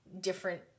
different